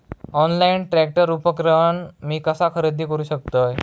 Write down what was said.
Online tractor उपकरण मी कसा खरेदी करू शकतय?